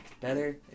Better